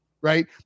Right